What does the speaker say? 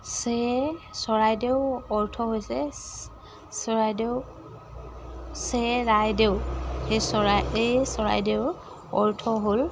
চে চৰাইদেউ অৰ্থ হৈছে চৰাইদেউ চে ৰাইদেউ এই চৰাই এই চৰাইদেউৰ অৰ্থ হ'ল